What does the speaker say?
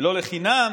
ולא לחינם